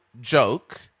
joke